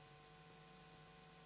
Hvala.